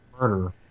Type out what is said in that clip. murder